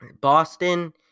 Boston